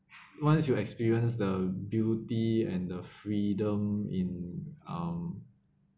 once you experience the beauty and the freedom in um